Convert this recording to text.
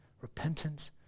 repentance